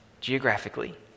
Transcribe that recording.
geographically